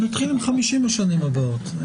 נתחיל עם 50 השנים הבאות.